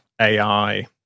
AI